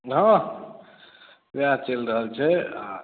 हॅं वएह चलि रहल छै आ